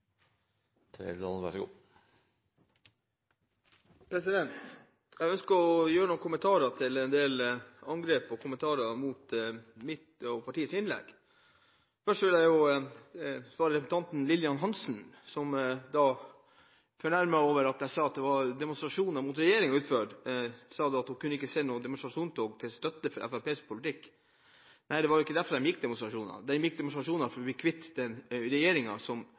Jeg ønsker å knytte noen kommentarer til en del av angrepene og kommentarene knyttet til mitt parti og mitt innlegg. Først vil jeg svare representanten Lillian Hansen, som er fornærmet over at jeg sa at det var demonstrasjoner mot regjeringen utenfor. Hun sa at hun ikke kunne se noe demonstrasjonstog til støtte for Fremskrittspartiets politikk. Nei, det var ikke derfor de gikk i demonstrasjonstog. De gikk i demonstrasjonstog for å bli kvitt